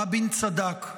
רבין צדק.